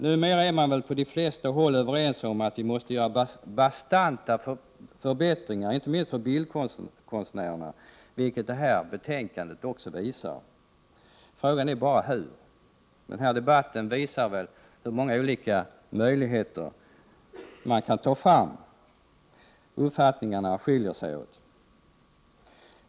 Numera är man på de flesta håll överens om att vi måste göra bastanta förbättringar, inte minst för bildkonstnärerna, vilket betänkandet visar. Frågan är bara hur. Denna debatt visar hur många olika möjligheter man kan ta fram och att uppfattningarna skiljer sig åt.